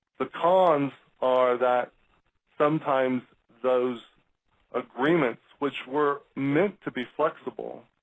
the cons are that sometimes those agreements which were meant to be flexible,